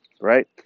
right